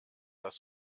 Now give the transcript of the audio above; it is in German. dass